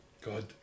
God